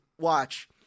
watch